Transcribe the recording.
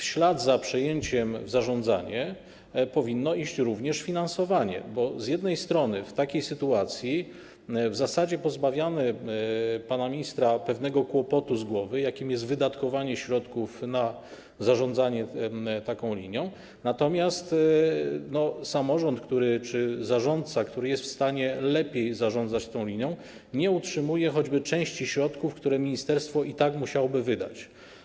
W ślad za przejęciem w zarządzanie powinno iść również finansowanie, bo w takiej sytuacji w zasadzie pozbawiamy pana ministra pewnego kłopotu, jakim jest wydatkowanie środków na zarządzanie taką linią, natomiast samorząd czy zarządca, który jest w stanie lepiej zarządzać tą linią, nie otrzymuje choćby części środków, które ministerstwo i tak musiałoby wydać.